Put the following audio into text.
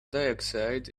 dioxide